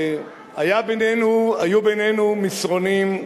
היו בינינו מסרונים,